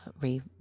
re